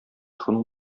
шуның